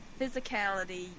Physicality